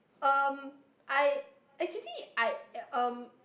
um I actually I um